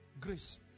grace